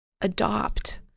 adopt